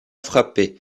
frappé